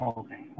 okay